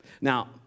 Now